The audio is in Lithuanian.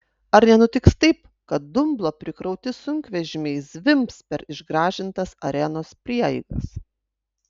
ar nenutiks taip kad dumblo prikrauti sunkvežimiai zvimbs per išgražintas arenos prieigas